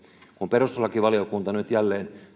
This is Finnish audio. kun perustuslakivaliokunta nyt jälleen